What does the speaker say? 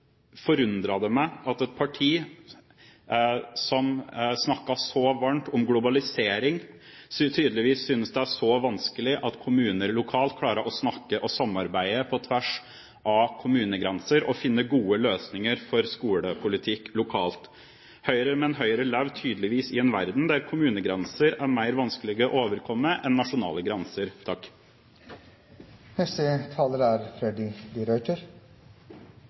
Det forundrer meg at et parti som snakker så varmt om globalisering, tydeligvis synes det er vanskelig at kommuner lokalt klarer å snakke og samarbeide på tvers av kommunegrenser og finne gode løsninger for skolepolitikk lokalt. Men Høyre lever tydeligvis i en verden der kommunegrenser er mer vanskelige å overkomme enn nasjonale grenser. Freddy de Ruiter